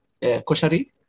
koshari